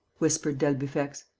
whispered d'albufex.